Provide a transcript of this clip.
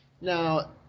Now